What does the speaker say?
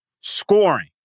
scoring